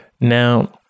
Now